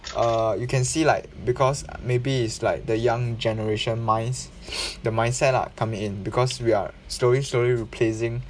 err you can see like because maybe it's like the young generation minds the mindset lah come in because we are slowly slowly replacing